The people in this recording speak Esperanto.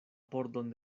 pordon